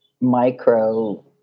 micro-